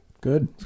Good